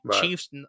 Chiefs